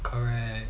correct